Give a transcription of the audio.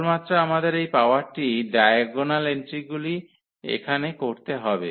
কেবলমাত্র আমাদের এই পাওয়ারটি ডায়াগোনাল এন্ট্রিগুলির এখানে করতে হবে